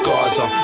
Gaza